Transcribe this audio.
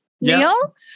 Neil